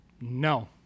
No